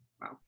Wow